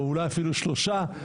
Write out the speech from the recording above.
או אולי אפילו שלושה,